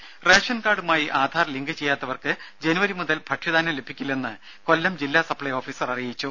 ദര റേഷൻ കാർഡുമായി ആധാർ ലിങ്ക് ചെയ്യാത്തവർക്ക് ജനുവരി മുതൽ ഭക്ഷ്യധാന്യം ലഭിക്കില്ലെന്ന് കൊല്ലം ജില്ലാ സപ്പൈ ഓഫീസർ അറിയിച്ചു